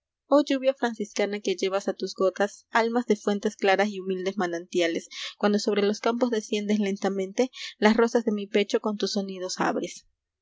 oh lluvia franciscana que llevas a tus gotas almas de fuentes claras y humildes manantiales cuando sobre los campos desciendes lentamente las rosas de mi pecho con tus sonidos abres